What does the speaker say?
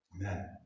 amen